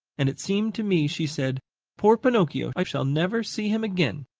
and it seemed to me she said poor pinocchio, i shall never see him again.